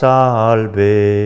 Salve